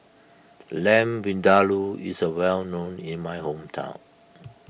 Lamb Vindaloo is well known in my hometown